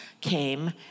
came